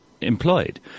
employed